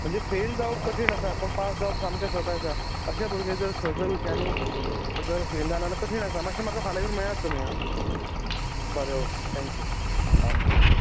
म्हणजे फेल जावप कठीन आसा पूण पास जावप सामकें सोपें आसा अशें भुरगें जर स स विशयानी जर फेल जाले जाल्यार कठीन आसा मातशे म्हाका फाल्या येवन मेळ्ळात तुमी बरे ओके आ थॅक्यू थॅक्यू